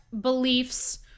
Beliefs